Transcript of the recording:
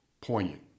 poignant